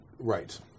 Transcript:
Right